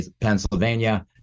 Pennsylvania